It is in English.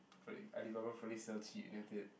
fully Alibaba fully then after that